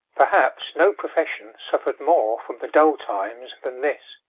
perhaps no profession suffered more from the dull times than this.